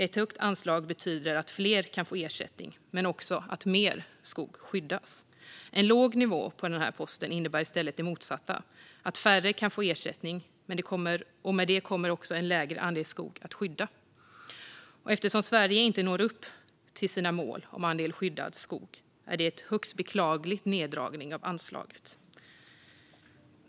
Ett högt anslag betyder att fler kan få ersättning men också att mer skog kan skyddas. En låg nivå på den här posten innebär det motsatta, att färre kan få ersättning och därmed att en mindre andel skog kan skyddas. Eftersom Sverige inte når upp till sitt mål för andel skyddad skog är det en högst beklaglig neddragning av anslaget.